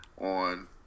on